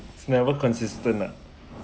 never consistent lah